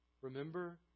Remember